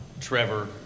Trevor